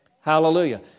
Hallelujah